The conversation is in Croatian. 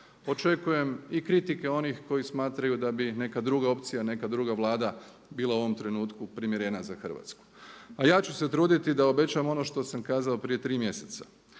Očekujem i kritike onih koji smatraju da bi neka druga opcija, neka druga Vlada bila u ovom trenutku primjerena za Hrvatsku. A ja ću se truditi da obećam ono što sam kazao prije tri mjeseca,